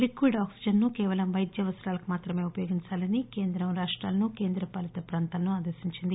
liquid oxygen ను కేవలం వైద్య అవసరాలకు మాత్రమే ఉపయోగించాలని కేంద్రం రాష్టాలను కేంద్ర పాలిత ప్రాంతాలను ఆదేశించింది